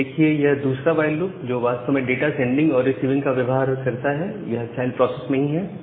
अब आप देखिए यह दूसरा व्हाईल लूप जो वास्तव में डाटा सेंडिंग और रिसीविंग का व्यवहार करता है यह चाइल्ड प्रोसेस में ही है